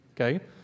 okay